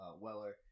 weller